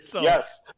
Yes